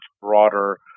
broader